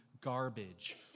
garbage